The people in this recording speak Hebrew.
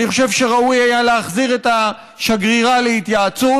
אני חושב שראוי היה להחזיר את השגרירה להתייעצות.